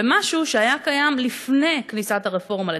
ומשהו שהיה קיים לפני כניסת הרפורמה לתוקף,